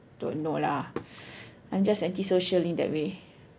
don't know lah I'm just antisocial in that way